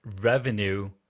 revenue